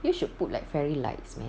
you should put like fairy lights man